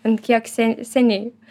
ant kiek sen seniai